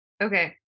Okay